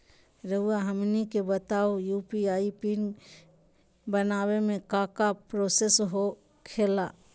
रहुआ हमनी के बताएं यू.पी.आई पिन बनाने में काका प्रोसेस हो खेला?